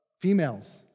females